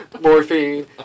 morphine